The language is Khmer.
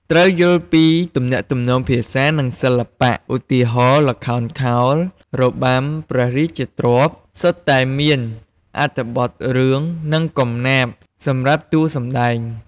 ត្រូវយល់ពីទំនាក់ទំនងភាសា និងសិល្បៈ ឧទាហរណ៍ ល្ខោនខោល របាំព្រះរាជទ្រព្យ សុទ្ធតែមានអត្ថបទរឿង និងកំណាព្យសម្រាប់តួសម្ដែង។